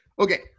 Okay